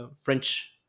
French